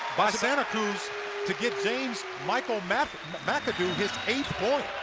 by santa cruz to get james michael mcadoo mcadoo his eighth point.